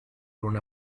una